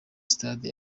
sitade